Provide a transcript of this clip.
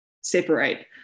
separate